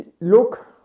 look